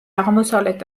აღმოსავლეთ